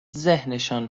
ذهنشان